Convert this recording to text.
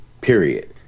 period